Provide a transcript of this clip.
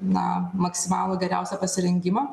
na maksimalų geriausią pasirengimą